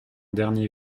dernier